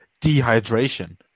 dehydration